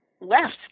left